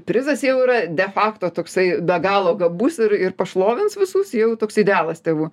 prizas jau yra defakto toksai be galo gabus ir ir pašlovins visus jau toks idealas tėvų